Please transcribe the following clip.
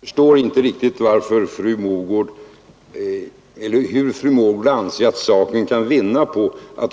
Herr talman! Fru Mogård